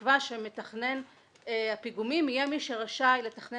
אין שום קשר בין תכנון מבנה לבין תכנון פיגומים.